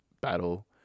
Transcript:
battle